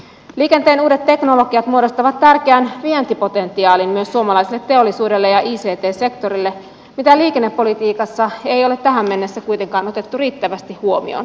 liikenteen uudet teknologiat muodostavat tärkeän vientipotentiaalin myös suomalaiselle teollisuudelle ja ict sektorille mitä liikennepolitiikassa ei ole tähän mennessä kuitenkaan otettu riittävästi huomioon